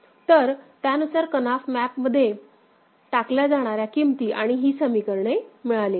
तर त्यानुसार कनाफ मॅप मध्ये टाकल्या जाणाऱ्या किमती आणि ही समीकरणे मिळालेली आहेत